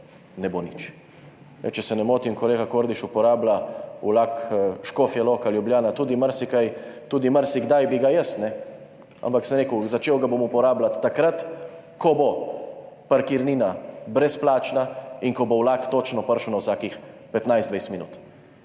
ne bo nič? Če se ne motim, kolega Kordiš uporablja vlak Škofja Loka–Ljubljana, marsikdaj bi ga tudi jaz, ampak sem rekel, začel ga bom uporabljati takrat, ko bo parkirnina brezplačna in ko bo vlak točno prišel na vsakih 15, 20 minut.